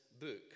book